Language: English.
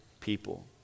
people